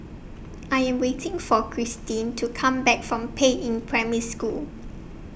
I Am waiting For Christin to Come Back from Peiying Primary School